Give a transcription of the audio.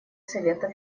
совета